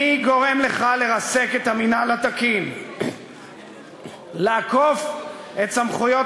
מי גורם לך לרסק את המינהל התקין ולעקוף את סמכויות